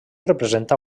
representa